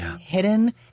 hidden